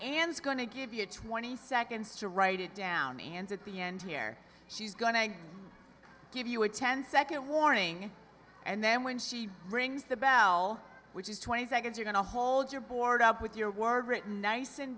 and it's going to give you twenty seconds to write it down and at the end here she's going to give you a ten second warning and then when she brings the bell which is twenty seconds or going to hold your board up with your word written nice